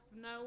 no